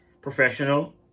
professional